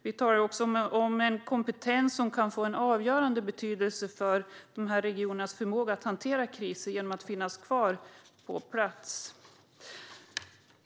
Vi talar också om en kompetens som kan få en avgörande betydelse för dessa regioners förmåga att hantera kriser genom att finnas kvar på plats.